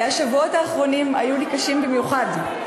השבועות האחרונים היו לי קשים במיוחד.